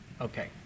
Okay